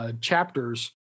Chapters